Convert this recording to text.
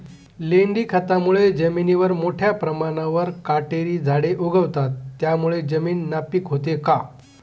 लेंडी खतामुळे जमिनीवर मोठ्या प्रमाणावर काटेरी झाडे उगवतात, त्यामुळे जमीन नापीक होते का?